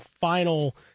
final